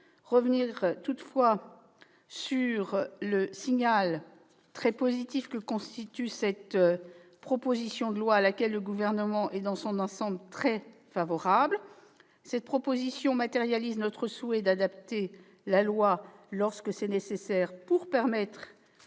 encore sur le signal très positif que constitue cette proposition de loi, à laquelle le Gouvernement est dans son ensemble très favorable. Ce texte matérialise en effet notre souhait d'adapter la loi, lorsque cela est nécessaire, pour permettre